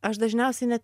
aš dažniausiai net